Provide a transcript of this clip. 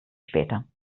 später